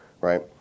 right